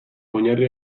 oinarri